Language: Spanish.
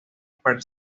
per